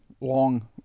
long